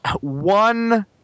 one